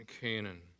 canaan